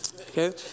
okay